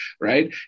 right